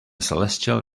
celestial